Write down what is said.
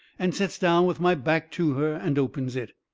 and sets down with my back to her and opens it.